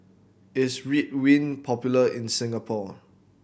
is Ridwind popular in Singapore